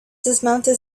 dismounted